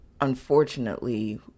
unfortunately